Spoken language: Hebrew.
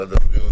משרד הבריאות.